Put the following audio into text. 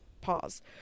pause